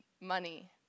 money